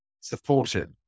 supported